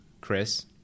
Chris